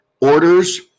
orders